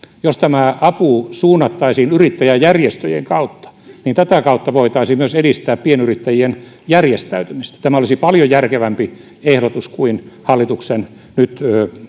jos tämä apu suunnattaisiin yrittäjäjärjestöjen kautta tätä kautta voitaisiin myös edistää pienyrittäjien järjestäytymistä tämä olisi paljon järkevämpi ehdotus kuin hallituksen nyt